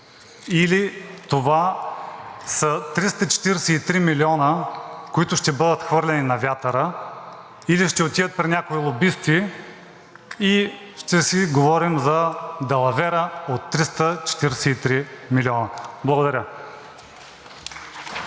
или това са 343 милиона, които ще бъдат хвърлени на вятъра или ще отидат при някои лобисти и ще си говорим за далавера от 343 милиона? Благодаря.